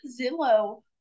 Zillow